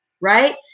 right